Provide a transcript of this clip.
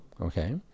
okay